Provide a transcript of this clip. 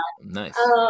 Nice